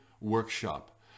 workshop